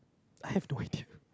I have no idea